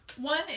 One